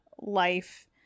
life